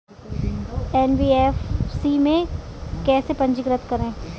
NBFC में कैसे पंजीकृत करें?